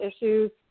issues